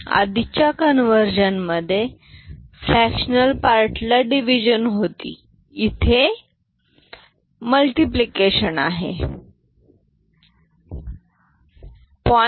आधीच्या कंवर्जन मधे fractional part ला डीविजन होती इथे गुणाकार आहे 0